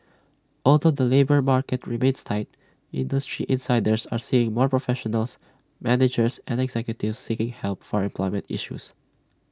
although the labour market remains tight industry insiders are seeing more professionals managers and executives seeking help for employment issues